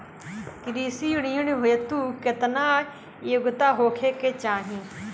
कृषि ऋण हेतू केतना योग्यता होखे के चाहीं?